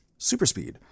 superspeed